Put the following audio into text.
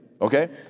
okay